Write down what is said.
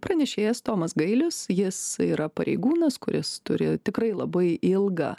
pranešėjas tomas gailius jis yra pareigūnas kuris turi tikrai labai ilgą